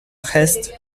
reste